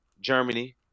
Germany